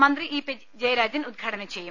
മന്ത്രി E P Jayarajan ഉദ്ഘാടനം ചെയ്യും